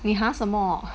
a'ah 什么